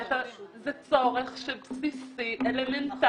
זה צורך בסיסי אלמנטרי.